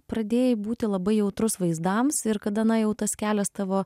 pradėjai būti labai jautrus vaizdams ir kada na jau tas kelias tavo